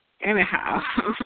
Anyhow